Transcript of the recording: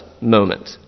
moment